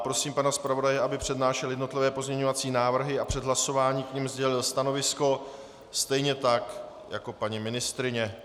Prosím pana zpravodaje, aby přednášel jednotlivé pozměňovací návrhy a před hlasováním k nim sdělil stanovisko stejně tak jako paní ministryně.